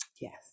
yes